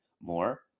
more